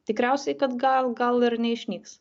tikriausiai kad gal gal ir neišnyks